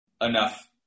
enough